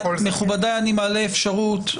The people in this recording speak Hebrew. מכובדיי, אני מעלה אפשרות.